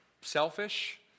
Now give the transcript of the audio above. selfish